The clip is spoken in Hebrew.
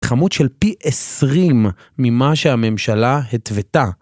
תחמות של פי עשרים ממה שהממשלה התוותה.